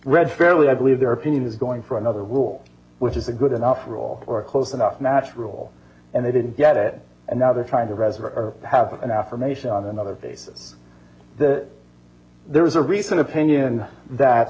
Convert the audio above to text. read fairly i believe their opinion is going for another rule which is a good enough rule or a close enough natural and they didn't get it and now they're trying to resurrect or have an affirmation on another case that there was a recent opinion